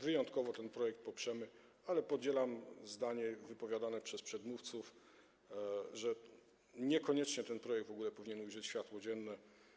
Wyjątkowo ten projekt poprzemy, ale podzielam wypowiadane przez przedmówców zdanie, że niekoniecznie ten projekt w ogóle powinien ujrzeć światło dzienne.